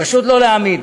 פשוט לא להאמין.